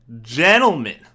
gentlemen